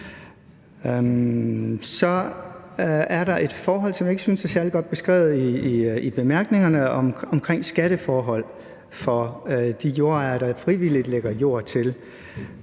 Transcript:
Så er der noget, som jeg ikke synes er særlig godt beskrevet i bemærkningerne, omkring skatteforhold for de jordejere, der frivilligt lægger jord til.